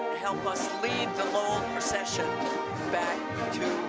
help us lead the lowell procession back to